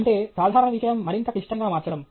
అంటే సాధారణ విషయం మరింత క్లిష్టంగా మార్చడం